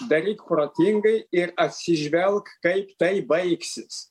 daryk protingai ir atsižvelk kaip tai baigsis